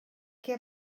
què